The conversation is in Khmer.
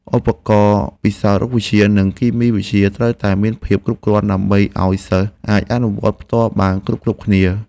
ឧបករណ៍ពិសោធន៍រូបវិទ្យានិងគីមីវិទ្យាត្រូវតែមានភាពគ្រប់គ្រាន់ ដើម្បីឱ្យសិស្សអាចអនុវត្តផ្ទាល់បានគ្រប់ៗគ្នា។